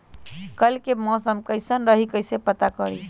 कल के मौसम कैसन रही कई से पता करी?